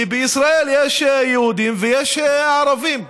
כי בישראל יש יהודים ויש ערבים.